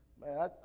Man